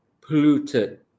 polluted